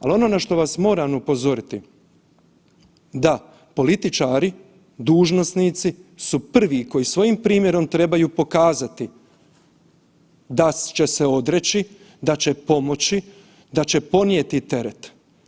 Ali ono na što vas moram upozoriti da političari, dužnosnici su prvi koji svojim primjerom trebaju pokazati da će se odreći, da će pomoći, da će podnijeti teret.